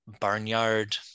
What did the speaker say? barnyard